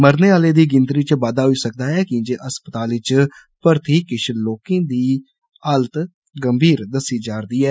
मरने आलें दी गिनतरी च बाद्दा होई सकदा ऐ कि जे अस्पताल च भर्थी किष लोकें दी हालत गंभीर दस्सी जारदी ऐ